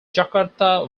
jakarta